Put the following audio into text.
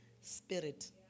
spirit